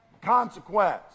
consequence